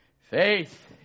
Faith